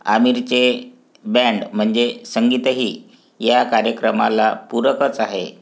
आमिरचे band म्हणजे संगीतही या कार्यक्रमाला पूरकच आहे